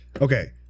Okay